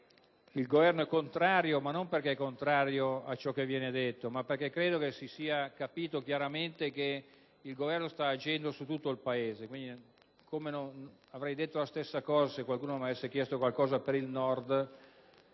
il Governo è contrario non perché non condivida ciò che viene detto, ma perché credo si sia capito chiaramente che il Governo sta agendo su tutto il Paese. Avrei detto la stessa cosa se qualcuno mi avesse chiesto qualcosa per il Nord